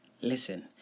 Listen